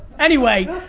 anyway,